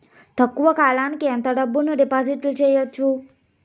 తక్కువ కాలానికి ఎంత డబ్బును డిపాజిట్లు చేయొచ్చు?